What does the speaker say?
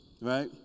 right